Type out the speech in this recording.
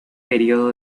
periodo